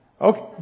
Okay